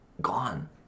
gone